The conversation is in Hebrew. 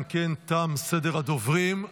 אם כן, תם סדר הדוברים.